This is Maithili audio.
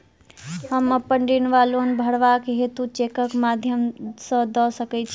हम अप्पन ऋण वा लोन भरबाक हेतु चेकक माध्यम सँ दऽ सकै छी?